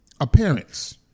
appearance